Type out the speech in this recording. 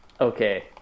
okay